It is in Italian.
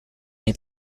nei